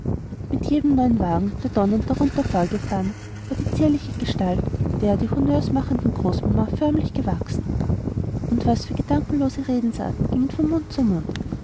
mit jedem neuen wagen der donnernd drunten vorgefahren war die zierliche gestalt der die honneurs machenden großmama förmlich gewachsen und was für gedankenlose redensarten gingen von mund zu mund